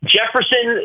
Jefferson